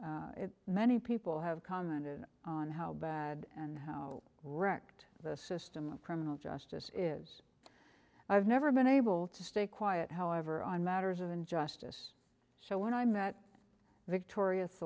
many people have commented on how bad and how wrecked the system of criminal justice is i've never been able to stay quiet however on matters of injustice so when i met victorious